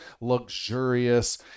luxurious